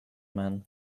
man